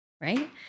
right